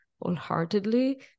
wholeheartedly